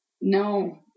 No